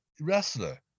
wrestler